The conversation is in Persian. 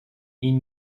این